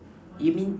you mean